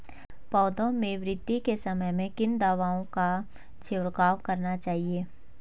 पौधों में वृद्धि के समय हमें किन दावों का छिड़काव करना चाहिए?